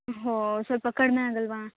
ಹೋ ಸ್ವಲ್ಪ ಕಡಿಮೆ ಆಗೋಲ್ವಾ